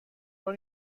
بار